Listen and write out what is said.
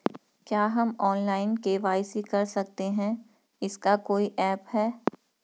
क्या हम online KYC कर सकते हैं इसका कोई ऐप है?